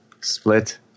Split